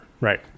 Right